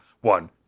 one